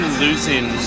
losing